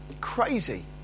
Crazy